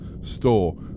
store